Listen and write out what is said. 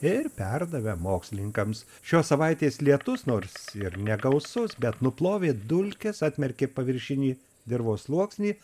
ir perdavę mokslininkams šios savaitės lietus nors ir negausus bet nuplovė dulkes atmerkė paviršinį dirvos sluoksnį